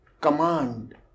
command